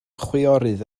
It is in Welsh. chwiorydd